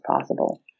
possible